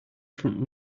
front